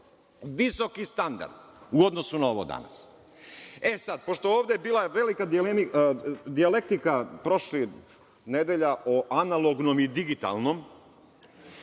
Visoki standard u odnosu na ovo danas. Pošto je ovde bila velika dijalektika prošlih nedelja o analognom i digitalnom,